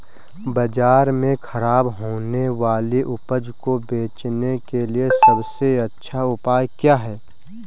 बाज़ार में खराब होने वाली उपज को बेचने के लिए सबसे अच्छा उपाय क्या हैं?